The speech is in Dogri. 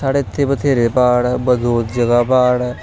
साढ़े इत्थै बथ्हेरे प्हाड़ बड़ी जगह प्हाड़